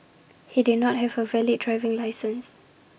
he did not have A valid driving licence